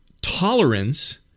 tolerance